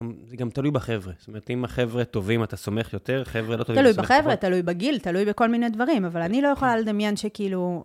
זה גם תלוי בחבר'ה. זאת אומרת, אם החבר'ה טובים, אתה סומך יותר, חבר'ה לא טובים, אתה סומך פחות. תלוי בחבר'ה, תלוי בגיל, תלוי בכל מיני דברים, אבל אני לא יכולה לדמיין שכאילו...